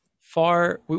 far